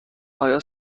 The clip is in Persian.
آیا